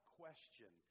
question